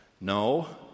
No